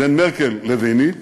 בין מרקל לביני,